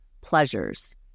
pleasures